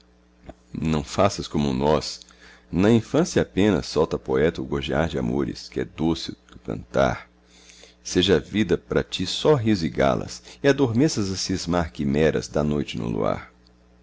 não faças como nós na infância apenas solta poeta o gorjear de amores que é doce o teu cantar seja a vida pra ti só riso e galas e adormeças a cismar quimeras da noite no luar